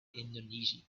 indonesia